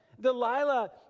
Delilah